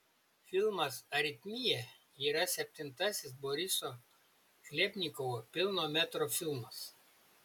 filmas aritmija yra septintasis boriso chlebnikovo pilno metro filmas